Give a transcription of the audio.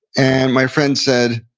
and my friend said,